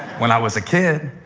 when i was a kid,